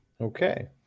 okay